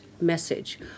Message